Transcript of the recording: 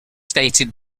stated